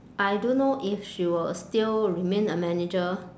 I don't know if she will still remain a manager